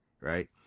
right